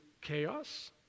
chaos